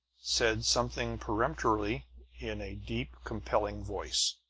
said something peremptory in a deep, compelling voice.